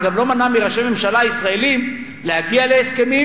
זה גם לא מנע מראשי ממשלה ישראלים להגיע להסכמים